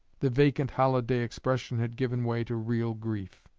the vacant holiday expression had given way to real grief.